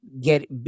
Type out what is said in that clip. get